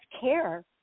care